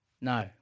No